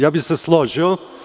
Ja bih se složio.